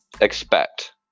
expect